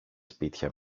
σπίτια